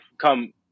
come